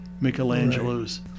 Michelangelo's